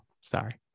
sorry